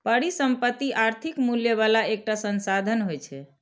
परिसंपत्ति आर्थिक मूल्य बला एकटा संसाधन होइ छै